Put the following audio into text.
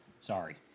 Sorry